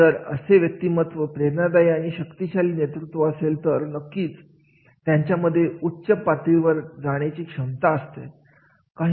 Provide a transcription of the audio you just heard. आणि जर असे व्यक्तिमत्व प्रेरणादायी आणि शक्तिशाली नेतृत्व असेल तर नक्की त्यांच्यामध्ये उच्च पातळीवर जाण्याच्या क्षमता असतात